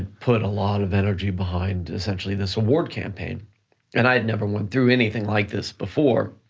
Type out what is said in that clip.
put a lot of energy behind essentially this award campaign and i had never went through anything like this before,